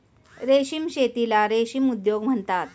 रेशीम शेतीला रेशीम उद्योग म्हणतात